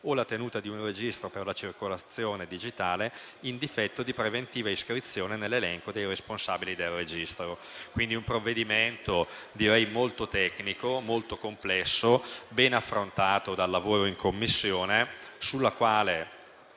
o la tenuta di un registro per la circolazione digitale in difetto di preventiva iscrizione nell'elenco dei responsabili del registro. Si tratta quindi di un provvedimento molto tecnico e complesso, ben affrontato dal lavoro in Commissione, durante